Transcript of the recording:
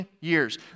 years